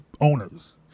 owners